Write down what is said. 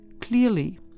clearly